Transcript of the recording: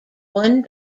one